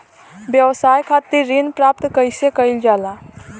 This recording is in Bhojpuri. व्यवसाय खातिर ऋण प्राप्त कइसे कइल जाला?